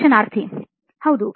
ಸಂದರ್ಶನಾರ್ಥಿ ಹೌದು